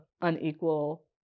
unequal